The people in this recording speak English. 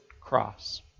cross